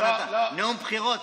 נאום בחירות.